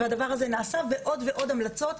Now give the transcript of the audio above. ועוד ועוד המלצות,